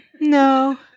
no